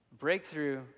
breakthrough